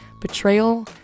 betrayal